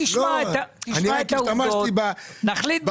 תשמע את העובדות ונחליט בסוף.